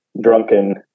drunken